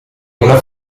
una